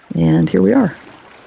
and here we are.